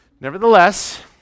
Nevertheless